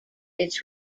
its